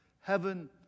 heaven